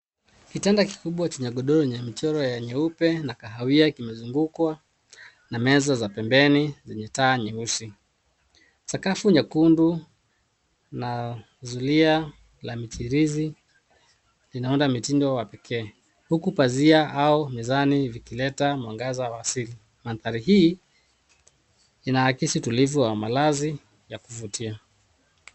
Kitanda kikubwa chenye godoro ya mchoro ya nyeupe na kahawia kimezungukwa na meza za pembeni zenye taa nyeusi. Sakafu nyekundu na zulia la michirizi inaona mtindo wa pekee, huku pazia au mezani vikileta mwangaza wa asifu. Mandhari hii inaakisi tulivu wa malazi ya kuvutia.